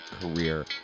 career